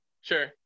sure